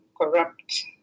corrupt